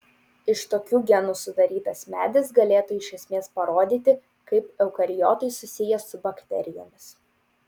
iš tokių genų sudarytas medis galėtų iš esmės parodyti kaip eukariotai susiję su bakterijomis